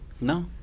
No